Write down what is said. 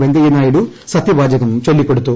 വെങ്കയ്യ നായിഡു സത്യവാചകം ചൊല്ലിക്കെടുത്തു